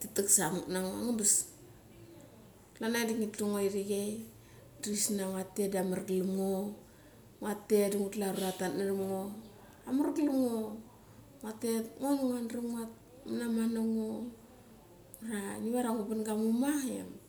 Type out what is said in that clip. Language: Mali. ti tak samuk nango. Klan avik di ngi tlu ngo irik chei da gisnia amar galam ngo, ngua tet da ngulu ia arua tatat naram ngo. Amar glam ngo, ngu tet, ngo dua ngodram mana man nango. Urua ngivar ia ngu ra ga muma em.